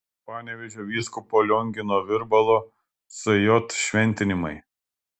panevėžio vyskupo liongino virbalo sj šventimai